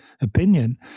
opinion